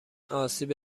آسیب